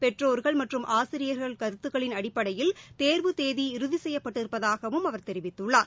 பெற்றோா்கள் மற்றும் ஆசிரியா்கள் கருத்துக்களின் அடிப்படையில் தோ்வு தேதி இறுதி செய்யப்பட்டிருப்பதாகவும் அவர் தெரிவித்துள்ளார்